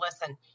listen